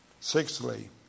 Sixthly